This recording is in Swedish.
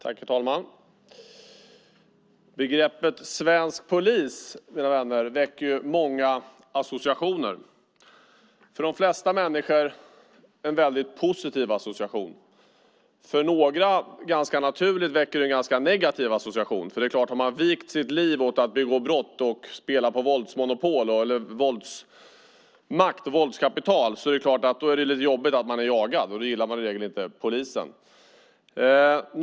Herr talman! Begreppet svensk polis väcker många associationer. För de flesta människor väcker det en positiv association. För några väcker det naturligtvis en ganska negativ association. Om man har vigt sitt liv åt att begå brott och ägna sig åt våldsmakt och våldskapital är det klart att det är jobbigt att vara jagad. Då gillar man i regel inte polisen.